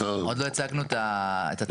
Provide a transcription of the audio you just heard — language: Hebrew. עוד לא הצגנו את הצעת החוק.